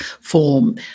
form